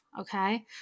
okay